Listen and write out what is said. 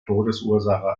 todesursache